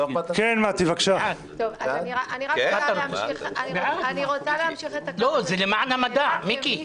מיקי, זה למען המדע...